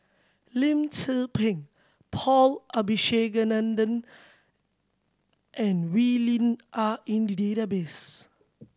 Lim Tze Peng Paul Abisheganaden and Wee Lin are in the database